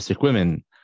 women